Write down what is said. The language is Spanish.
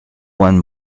one